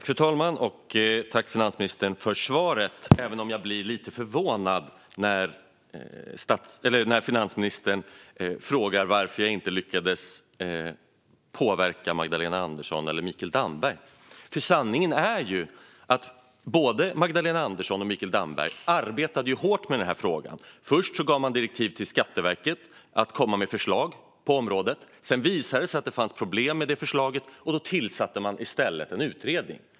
Fru talman! Jag tackar finansministern för svaret, även om jag blir lite förvånad när finansministern frågar varför jag inte lyckades påverka Magdalena Andersson eller Mikael Damberg. Sanningen är att båda dessa arbetade hårt med frågan. Först gavs direktiv till Skatteverket att komma med förslag på området, och när det sedan visade sig finnas problem med det förslaget tillsattes en utredning.